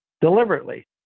deliberately